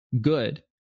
good